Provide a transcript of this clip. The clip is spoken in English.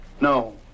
No